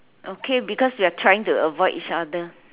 okay because we are trying to avoid each other